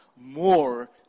more